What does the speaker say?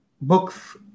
books